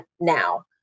now